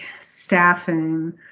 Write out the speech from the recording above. staffing